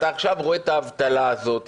אתה עכשיו רואה את האבטלה הזאת,